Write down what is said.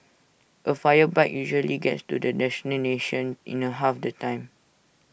A fire bike usually gets to the destination in the half the time